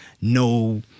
no